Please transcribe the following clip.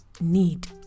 need